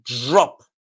drop